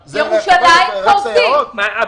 מוטי, אתה רואה, זה לא כל כך נורא לבוא לכאן.